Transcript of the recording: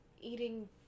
eating